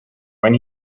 when